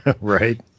right